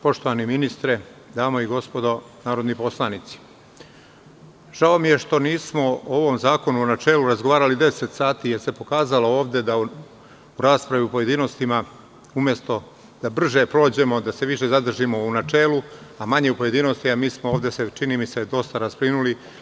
Poštovani ministre, dame i gospodo narodni poslanici, žao mi je što nismo o ovom zakonu u načelu razgovarali deset sati, jer se pokazalo ovde da u raspravi u pojedinostima umesto da brže prođemo, da se više zadržimo u načelu, a manje u pojedinostima, mi smo se ovde, čini mi se, dosta rasplinuli.